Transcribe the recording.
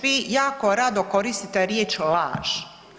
Vi jako rado koristite riječ „laž“